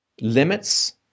limits